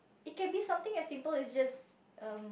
it can be something as simple as just um